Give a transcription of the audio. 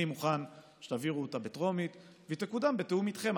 אני מוכן שתעבירו אותה בטרומית והיא תקודם בתיאום איתכם.